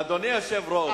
אדוני היושב-ראש,